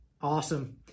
Awesome